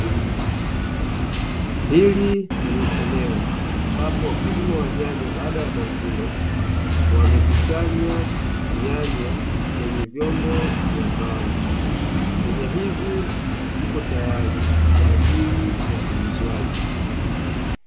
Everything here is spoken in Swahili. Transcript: Hili ni eneo ambapo wakulima wa nyanya baada ya mavuno wamekusanya nyanya kwenye vyombo vya mbao, nyanya hizi zipo tayari kwaajili ya uuzwaji.